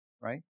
right